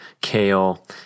kale